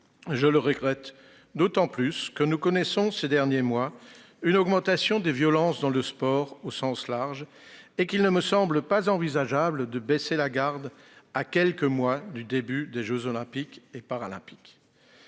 Je le regrette d'autant plus que nous avons observé, ces derniers mois, une augmentation des violences dans le sport au sens large ; il ne me semble pas envisageable de baisser la garde à quelques mois du début des jeux Olympiques et Paralympiques.